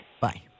Bye